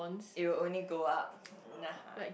it will only go up